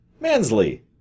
Mansley